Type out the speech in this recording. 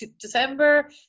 December